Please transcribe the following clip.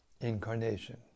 Incarnation